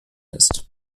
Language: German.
ist